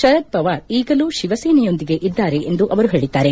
ಶರದ್ ಪವಾರ್ ಈಗಲೂ ಶಿವಸೇನೆಯೊಂದಿಗೆ ಇದ್ದಾರೆ ಎಂದು ಅವರು ಹೇಳಿದ್ದಾರೆ